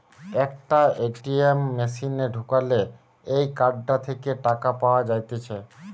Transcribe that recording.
একটা এ.টি.এম মেশিনে ঢুকালে এই কার্ডটা থেকে টাকা পাওয়া যাইতেছে